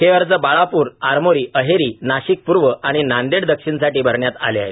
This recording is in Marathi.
हे अर्ज बाळापूर आरमोरी अहेरी नाशिक पूर्व आणि नांदेड दक्षिणसाठी अरण्यात आले आहे